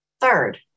Third